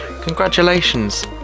Congratulations